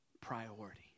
priority